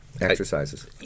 exercises